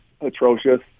atrocious